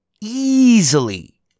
easily